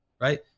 right